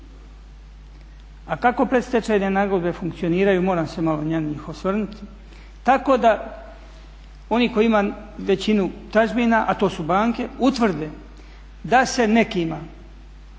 A kako predstečajne nagodbe funkcioniraju, moram se malo na njih osvrnuti, tako da oni koji imaju većinu tražbina a to su banke utvrde da se nekima